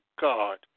God